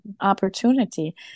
opportunity